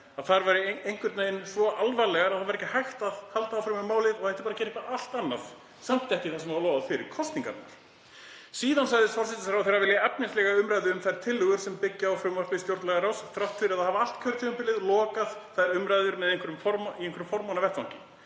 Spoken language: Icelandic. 2013 væru einhvern veginn svo alvarlegar að ekki væri hægt að halda áfram með málið og það ætti bara að gera eitthvað allt annað. Samt ekki það sem var lofað fyrir kosningarnar. Síðan sagðist forsætisráðherra vilja efnislega umræðu um þær tillögur sem byggja á frumvarpi stjórnlagaráðs þrátt fyrir að hafa allt kjörtímabilið lokað þær umræður á einhverjum formannavettvangi.